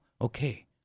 Okay